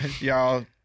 y'all